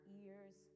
ears